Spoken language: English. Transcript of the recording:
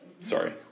Sorry